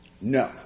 No